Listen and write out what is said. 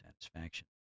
satisfaction